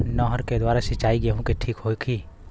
नहर के द्वारा सिंचाई गेहूँ के ठीक होखि?